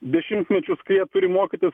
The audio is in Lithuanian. dešimtmečius kai jie turi mokytis